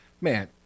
man